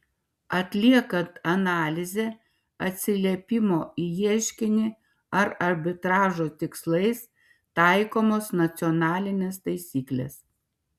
atliekant analizę atsiliepimo į ieškinį ar arbitražo tikslais taikomos nacionalinės taisyklės